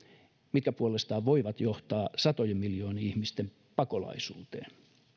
mitkä puolestaan voivat johtaa satojen miljoonien ihmisten pakolaisuuteen